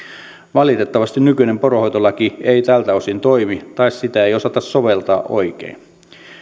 valitettavasti nykyinen poronhoitolaki ei tältä osin toimi tai sitä ei osata soveltaa oikein